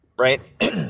right